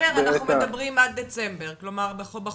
כלומר אם אנחנו בשמיני בנובמבר,